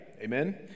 Amen